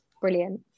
brilliant